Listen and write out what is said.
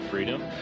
freedom